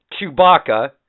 Chewbacca